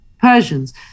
Persians